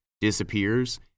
disappears